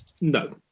No